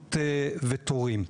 בזמינות ותורים.